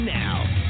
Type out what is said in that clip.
now